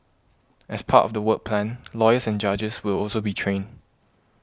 as part of the work plan lawyers and judges will also be trained